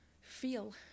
Feel